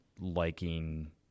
liking